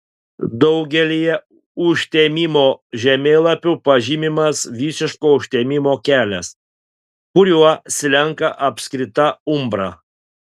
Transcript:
daugelyje užtemimo žemėlapių pažymimas visiško užtemimo kelias kuriuo slenka apskrita umbra